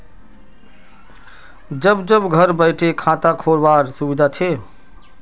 जब जब घर बैठे खाता खोल वार सुविधा छे